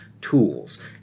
tools